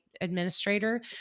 administrator